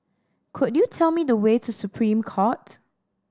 could you tell me the way to Supreme Court